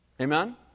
Amen